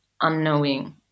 unknowing